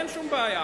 אין שום בעיה.